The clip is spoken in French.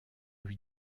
lui